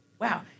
wow